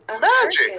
magic